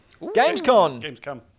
Gamescom